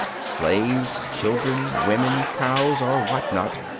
slaves, children, women, cows, or what not,